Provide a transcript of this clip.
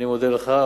אני מודה לך.